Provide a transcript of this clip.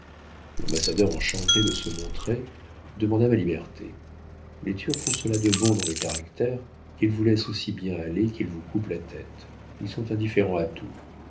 l'ambassadeur enchanté de se montrer demanda ma liberté les turcs ont cela de bon dans le caractère qu'ils vous laissent aussi bien aller qu'ils vous coupent la tête ils sont indifférents à tout